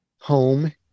home